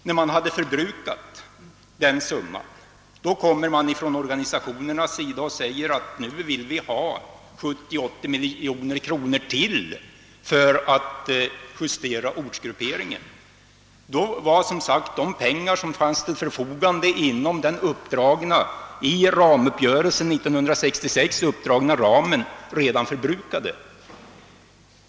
Men när de pengarna var förbrukade sade organisationernas representanter: Nu vill vi ha 70—380 miljoner kronor till för att justera ortsgrupperingen. Då var alltså de pengar som stod till förfogande inom de uppdragna ramarna i uppgörelsen 1966 redan förbrukade.